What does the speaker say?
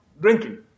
drinking